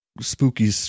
spooky